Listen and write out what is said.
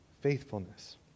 Faithfulness